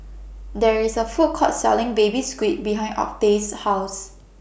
There IS A Food Court Selling Baby Squid behind Octave's House